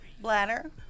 bladder